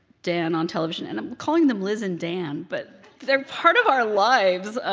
dan on television and i'm calling them liz and dan but they're part of our lives!